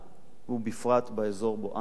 ובפרט באזור שבו אנו חיים.